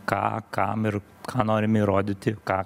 ką kam ir ką norim įrodyti ką